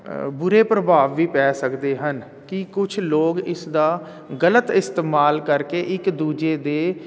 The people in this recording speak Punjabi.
ਬੁਰੇ ਪ੍ਰਭਾਵ ਵੀ ਪੈ ਸਕਦੇ ਹਨ ਕਿ ਕੁਛ ਲੋਕ ਇਸ ਦਾ ਗਲਤ ਇਸਤੇਮਾਲ ਕਰਕੇ ਇਕ ਦੂਜੇ ਦੇ